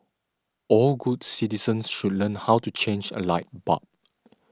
all good citizens should learn how to change a light bulb